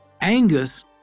Angus